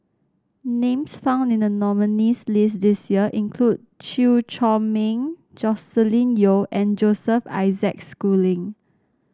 names found in the nominees' list this year include Chew Chor Meng Joscelin Yeo and Joseph Isaac Schooling